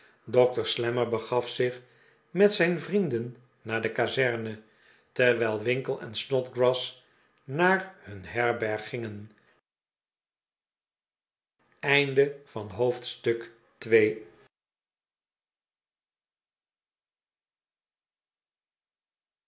dokter slammer begaf zich met zip vrienden naar de kazerne terwijl winkle en snodgrass naar hun herberg gingen